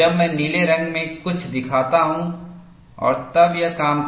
जब मैं नीले रंग में कुछ दिखाता हूं और तब यह काम करता है